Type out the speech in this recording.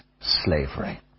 slavery